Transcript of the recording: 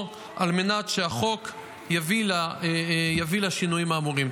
על מנת שהחוק יביא לשינויים האמורים.